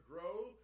grow